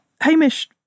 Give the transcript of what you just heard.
hamish